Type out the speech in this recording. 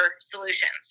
solutions